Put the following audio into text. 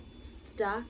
stuck